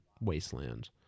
wasteland